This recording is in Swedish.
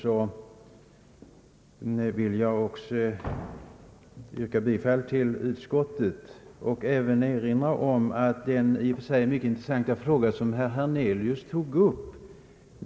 Herr talman! I likhet med ordföranden i sammansatta utskottet, herr Alexanderson, vill jag yrka bifall till utskottets förslag och även erinra om den i och för sig mycket intressanta fråga som herr Hernelius tog upp.